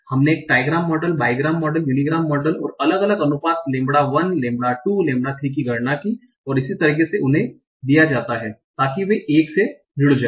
हमने एक trigram model bigram model unigram model और अलग अलग अनुपात लैंबडा 1 लैम्ब्डा 2 लैम्ब्डा 3 की गणना की है इस तरह से उन्हें दिया जाता है ताकि वे 1 से जुड़ जाएं